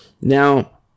Now